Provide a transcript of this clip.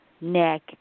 neck